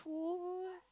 food